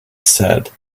said